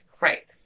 Right